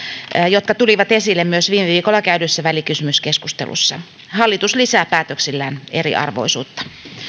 jotka tulivat esille myös viime viikolla käydyssä välikysymyskeskustelussa hallitus lisää päätöksillään eriarvoisuutta